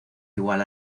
igual